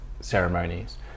ceremonies